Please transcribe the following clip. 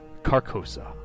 Carcosa